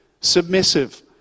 submissive